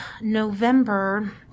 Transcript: November